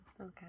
Okay